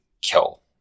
kill